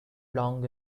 long